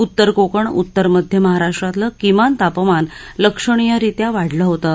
उत्तर कोकण उत्तर मध्य महाराष्ट्रातलं किमान तापमान लक्षणीयरीत्या वाढलं होतं